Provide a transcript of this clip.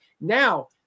Now